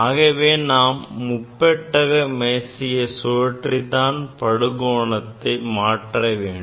ஆகவே நாம் முப்பெட்டக மேசையை சுழற்றி தான் படுகோணத்தை மாற்ற வேண்டும்